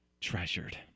treasured